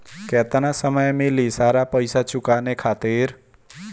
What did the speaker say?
केतना समय मिली सारा पेईसा चुकाने खातिर?